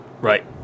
Right